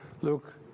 Luke